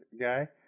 guy